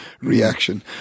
reaction